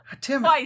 Tim